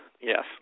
yes